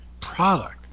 product